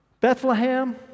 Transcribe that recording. Bethlehem